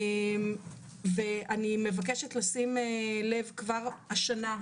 אני מבקשת לשים לב לזה כבר השנה,